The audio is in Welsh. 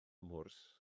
mhwrs